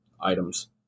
items